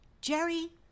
Jerry